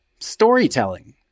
storytelling